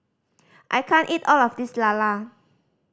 I can't eat all of this lala